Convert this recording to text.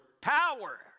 power